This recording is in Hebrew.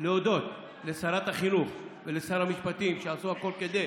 להודות לשרת החינוך ולשר המשפטים, שעשו הכול כדי